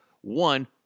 one